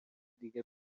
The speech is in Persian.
دیگه